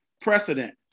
precedent